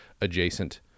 adjacent